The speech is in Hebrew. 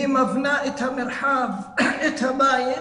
היא מבנה את המרחב, את הבית,